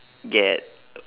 get